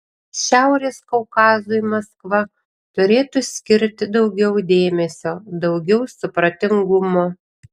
šiaurės kaukazui maskva turėtų skirti daugiau dėmesio daugiau supratingumo